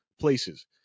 places